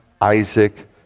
Isaac